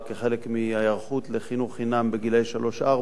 כחלק מההיערכות לחינוך חינם לגילאי שלוש-ארבע.